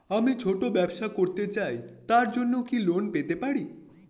আমি ছোট ব্যবসা করতে চাই তার জন্য কি লোন পেতে পারি?